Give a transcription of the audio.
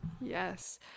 yes